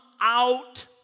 out